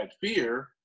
fear